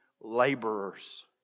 laborers